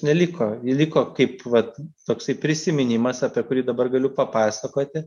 neliko ji liko kaip vat toksai prisiminimas apie kurį dabar galiu papasakoti